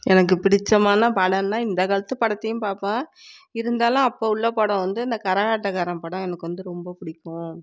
எனக்கு பிடித்தமான படம்னா இந்த காலத்து படத்தையும் பார்ப்பேன் இருந்தாலும் அப்போ உள்ள படம் வந்து இந்த கரகாட்டக்காரன் படம் எனக்கு வந்து ரொம்ப பிடிக்கும்